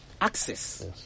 Access